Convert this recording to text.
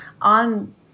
On